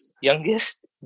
youngest